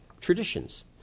traditions